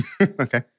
Okay